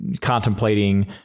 contemplating